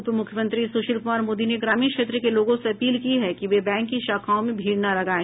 उपमुख्यमंत्री सुशील कुमार मोदी ने ग्रामीण क्षेत्र के लोगों से अपील कि है की वे बैंक की शाखाओं में भीड़ नहीं लगायें